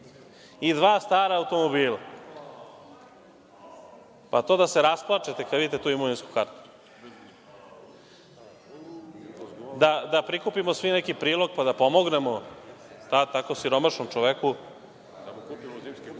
i dva stara automobila. Pa, to je da se rasplačete kad vidite tu imovinsku kartu. Da prikupimo svi neki prilog, da pomognemo tako siromašnom čoveku. Što kažu moje kolege,